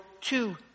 two